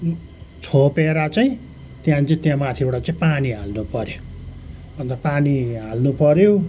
छोपेर चाहिँ त्यहाँदेखि चाहिँ त्यहाँ माथिबाट चाहिँ पानी हाल्नु पऱ्यो अन्त पानी हाल्नु पऱ्यो